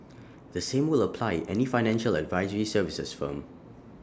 the same will apply any financial advisory services firm